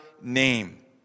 name